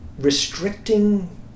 Restricting